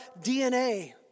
DNA